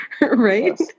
Right